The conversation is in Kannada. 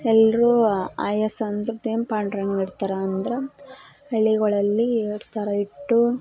ಎಲ್ಲರೂ ಪಾಂಡುರಂಗನ್ನ ಇಡ್ತಾರೆ ಅಂದ್ರೆ ಹಳ್ಳಿಗಳಲ್ಲಿ ಇಡ್ತಾರೆ ಇಟ್ಟು